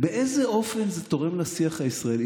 באיזה אופן זה תורם לשיח הישראלי?